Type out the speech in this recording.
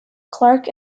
clarke